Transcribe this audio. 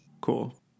Cool